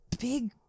big